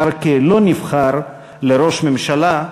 כבר כלא-נבחר לראש ממשלה,